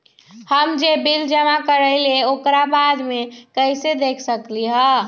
हम जे बिल जमा करईले ओकरा बाद में कैसे देख सकलि ह?